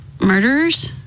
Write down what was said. Murderers